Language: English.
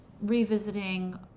revisiting